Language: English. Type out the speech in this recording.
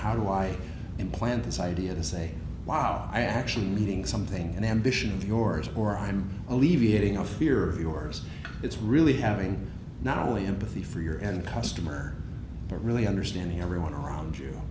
how do i implant this idea to say wow i actually needing something and ambition and yours or i'm alleviating a fear of yours it's really having not only empathy for your and customer but really understanding everyone around you